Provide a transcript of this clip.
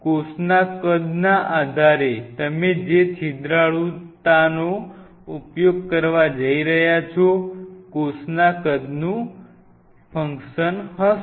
તેથી કોષના કદના આધારે તમે જે છિદ્રાળુતાનો ઉપયોગ કરવા જઇ રહ્યા છો કોષના કદનું ફંકશન હશે